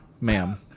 Ma'am